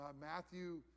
Matthew